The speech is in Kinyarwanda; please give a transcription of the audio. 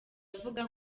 avuga